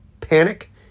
Panic